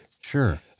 Sure